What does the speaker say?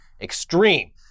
Extreme